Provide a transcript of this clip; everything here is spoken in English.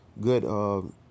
good